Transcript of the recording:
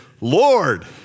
Lord